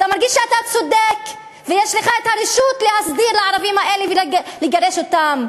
אתה מרגיש שאתה צודק ויש לך את הרשות להסדיר לערבים האלה ולגרש אותם.